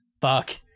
Fuck